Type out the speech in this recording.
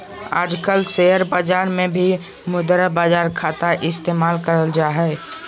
आजकल शेयर बाजार मे भी मुद्रा बाजार खाता इस्तेमाल करल जा हय